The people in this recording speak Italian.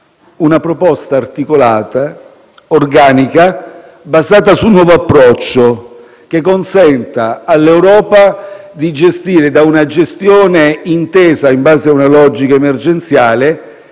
una proposta articolata, organica, basata su un nuovo approccio, che consenta all'Europa di uscire da una gestione intesa in base a una logica emergenziale